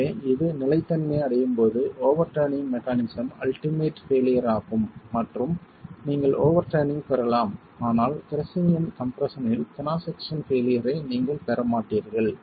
எனவே இது நிலைத்தன்மையை அடையும்போது ஓவெர்ட்டர்னிங் மெக்கானிஸம் அல்டிமேட் பெயிலியர் ஆகும் மற்றும் நீங்கள் ஓவெர்ட்டர்னிங் பெறலாம் ஆனால் கிரஸ்ஸிங் இன் கம்ப்ரெஸ்ஸன் இல் கிராஸ் செக்சன் பெயிலியர் ஐ நீங்கள் பெற மாட்டீர்கள்